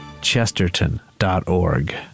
Chesterton.org